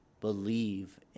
believe